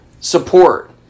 support